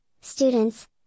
students